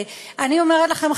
אני אומרת לכם,